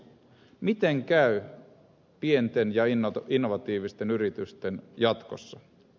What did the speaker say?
miten käy pienten ja innovatiivisten yritysten jatkossa